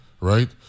right